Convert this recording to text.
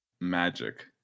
magic